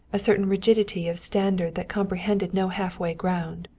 a certain rigidity of standard that comprehended no halfway ground.